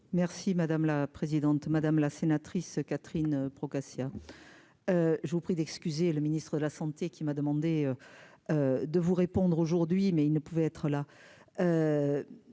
Merci madame la présidente, madame la sénatrice Catherine Procaccia. Je vous prie d'excuser le ministre de la Santé qui m'a demandé de vous répondre aujourd'hui, mais il ne pouvait être là,